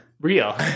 real